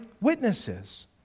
witnesses